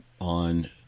on